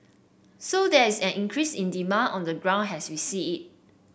so there is an increase in demand on the ground as we see it